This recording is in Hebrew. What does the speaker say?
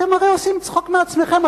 אתם הרי עושים צחוק מעצמכם.